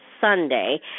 Sunday